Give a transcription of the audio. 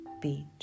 beat